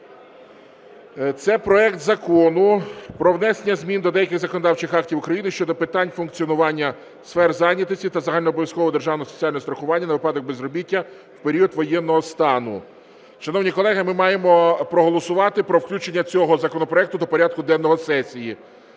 Це проект Закону про внесення змін до деяких законодавчих актів України щодо питань функціонування сфер зайнятості та загальнообов'язкового державного соціального страхування на випадок безробіття в період воєнного стану. Шановні колеги, ми маємо проголосувати про включення цього законопроекту до порядку денного сесії.